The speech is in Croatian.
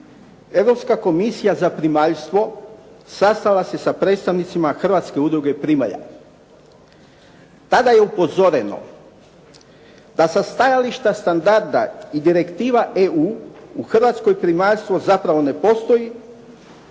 Europska komisija za primaljstvo sastala se sa predstavnicima Hrvatske udruge primalja. Tada je upozoreno da sa stajališta standarda i direktiva EU u Hrvatskoj primaljstvo zapravo ne postoji,